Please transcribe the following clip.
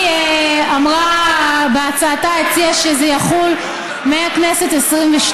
הציעה בהצעתה שזה יחול מהכנסת ה-22,